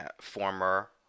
former